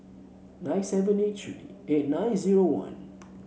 nine seven eight three eight nine zero one